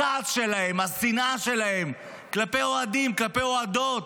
הכעס שלהם, השנאה שלהם, כלפי אוהדים, כלפי אוהדות.